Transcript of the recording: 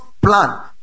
plan